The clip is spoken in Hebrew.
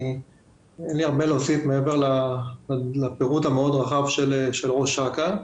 אין לי הרבה להוסיף מעבר לפירוט הרחב מאוד של ראש אכ"א.